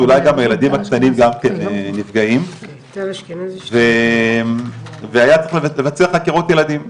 שאולי הילדים הקטנים גם כן נפגעים והיה צריך לבצע חקירות ילדים,